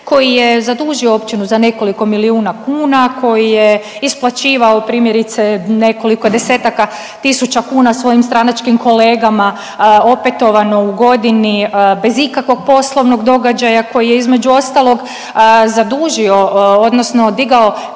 koji je zadužio općinu za nekoliko milijuna kuna, koji je isplaćivao primjerice nekoliko desetaka tisuća kuna svojim stranačkim kolegama opetovano u godini bez ikakvog poslovnog događaja koji je između ostalog zadužio odnosno digao